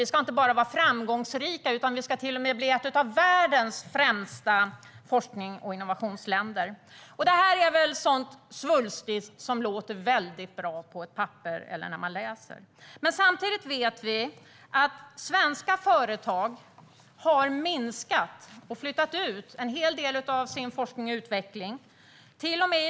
Man ska inte bara vara framgångsrik, utan man ska till och med bli ett av världens främsta forsknings och innovationsländer. Det här svulstiga låter väldigt bra och ser väldigt bra ut när man läser det. Samtidigt vet vi att svenska företag har minskat och flyttat ut en hel del av sin forskning och utveckling.